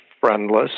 friendless